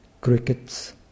crickets